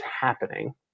happening